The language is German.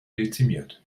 dezimiert